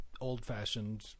old-fashioned